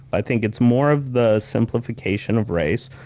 i think it's more of the simplification of race.